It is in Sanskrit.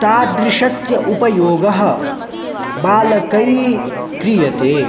तादृशस्य उपयोगः बालकैः क्रियते